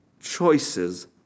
choices